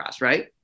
right